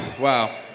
Wow